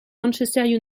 manchester